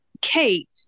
Kate